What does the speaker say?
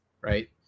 right